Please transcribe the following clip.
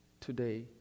today